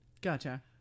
gotcha